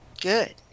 Good